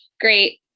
great